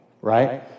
right